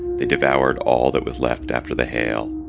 they devoured all that was left after the hail.